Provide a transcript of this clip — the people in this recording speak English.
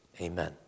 amen